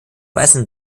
weißen